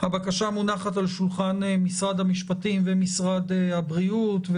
הבקשה מונחת על שולחן משרד המשפטים ומשרד הבריאות.